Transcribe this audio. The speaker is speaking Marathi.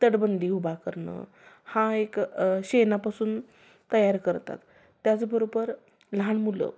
तटबंदी उभा करणं हा एक शेणापासून तयार करतात त्याचबरोबर लहान मुलं